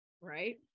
right